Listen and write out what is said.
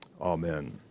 amen